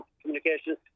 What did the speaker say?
communications